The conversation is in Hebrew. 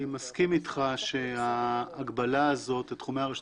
אני מסכים איתך שההגבלה הזאת לתחומי הרשות